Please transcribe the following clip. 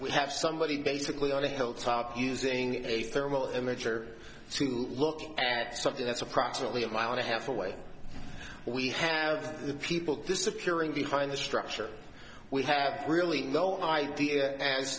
we have somebody basically on a hilltop using a thermal imager or to look at something that's approximately a mile and a half away we have the people disappearing behind the structure we have really no idea as